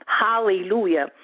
hallelujah